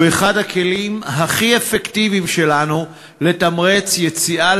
הוא אחד הכלים הכי אפקטיביים שלנו לתמרץ יציאה